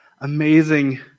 amazing